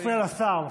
מפריע לשר.